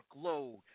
workload